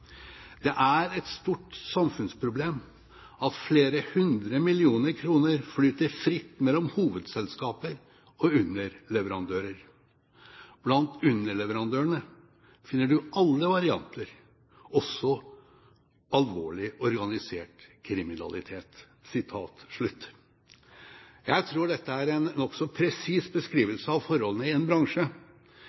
meg ille. Et stort samfunnsproblem er at det flyter flere hundre millioner kroner mellom hovedselskaper og underleverandører. Blant underleverandører finner du alle varianter, også alvorlig, organisert kriminalitet.» Jeg tror dette er en nokså presis beskrivelse av forholdene i en bransje